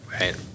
Right